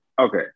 Okay